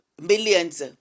millions